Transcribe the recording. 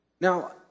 Now